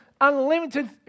unlimited